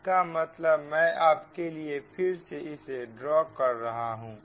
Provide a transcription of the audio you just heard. इसका मतलब मैं आपके लिए फिर से इसे ड्रा कर रहा हूं